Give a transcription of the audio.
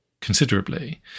considerably